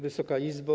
Wysoka Izbo!